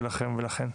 לכן ולכם.